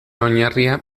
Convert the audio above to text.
oinarria